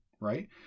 right